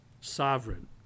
sovereign